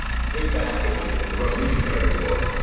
you think back at the the revolutionary war,